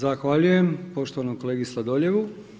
Zahvaljujem poštovanom kolegi Sladoljevu.